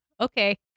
Okay